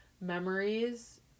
memories